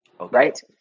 right